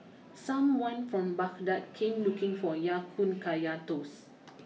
someone from Baghdad came looking for Ya Kun Kaya Toast